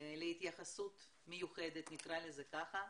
להתייחסות מיוחדת, נקרא לזה ככה,